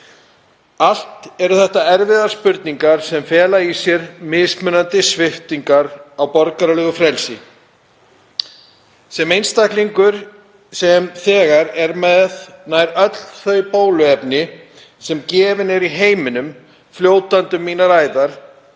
Allt eru þetta erfiðar spurningar sem fela í sér mismunandi sviptingu á borgaralegu frelsi. Sem einstaklingur sem þegar er með nær öll þau bóluefni sem gefin eru í heiminum fljótandi um mínar æðar,